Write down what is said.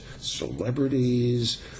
celebrities